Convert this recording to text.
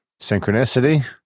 synchronicity